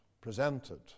presented